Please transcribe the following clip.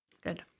Good